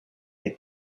they